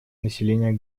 населения